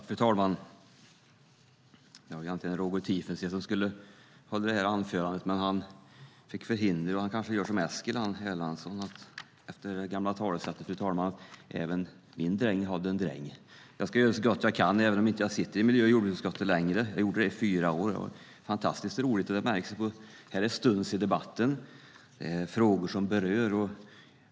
Fru talman! Det var egentligen Roger Tiefensee som skulle hålla det här anförandet, men han fick förhinder. Han kanske gör som Eskil Erlandsson och tänker på det gamla talesättet: Även min dräng hade en dräng. Jag ska göra så gott jag kan även om jag inte sitter i miljö och jordbruksutskottet längre. Jag gjorde det i fyra år, och det var fantastiskt roligt. Det märks att det är stuns i debatten. Det är frågor som berör.